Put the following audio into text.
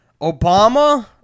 Obama